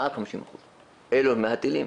אלו מהטילים,